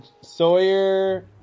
Sawyer